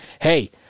hey